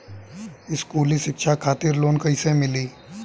स्कूली शिक्षा खातिर लोन कैसे मिली?